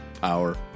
power